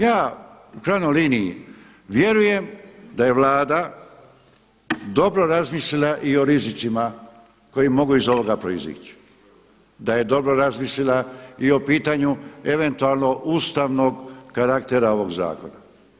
Ja u krajnjoj liniji vjerujem da je Vlada dobro razmislila i o rizicima koji mogu iz ovoga proizići, da je dobro razmislila i o pitanju eventualno ustavnog karaktera ovog zakona.